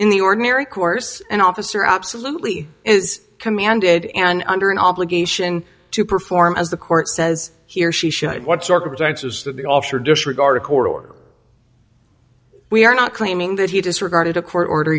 in the ordinary course an officer absolutely is commanded and under an obligation to perform as the court says he or she should what circumstances that the officer disregarded court order we are not claiming that he disregarded a court order